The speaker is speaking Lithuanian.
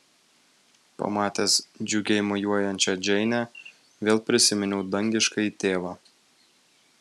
pamatęs džiugiai mojuojančią džeinę vėl prisiminiau dangiškąjį tėvą